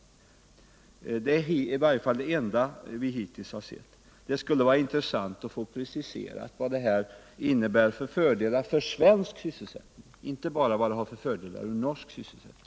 Det är i varje fall det enda vi hittills har sett. Det skulle vara intressant att få en precisering av vilka fördelar det här innebär för den svenska sysselsättningen, inte bara vilka fördelar det har för den norska sysselsättningen.